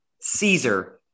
Caesar